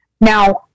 Now